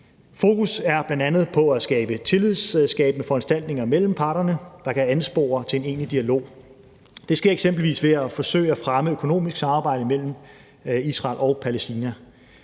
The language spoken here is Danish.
Fokus er bl.a. på at skabe tillidsskabende foranstaltninger mellem parterne, der kan anspore til en egentlig dialog. Det sker eksempelvis ved at forsøge at fremme økonomisk samarbejde mellem Israel og Palæstina.